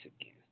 again